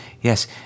Yes